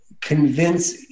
convince